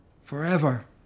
forever